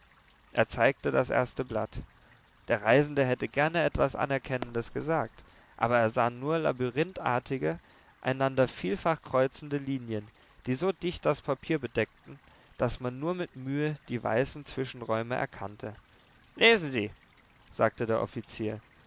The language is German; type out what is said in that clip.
er zeigte das erste blatt der reisende hätte gerne etwas anerkennendes gesagt aber er sah nur labyrinthartige einander vielfach kreuzende linien die so dicht das papier bedeckten daß man nur mit mühe die weißen zwischenräume erkannte lesen sie sagte der offizier